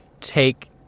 take